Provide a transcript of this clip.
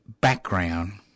background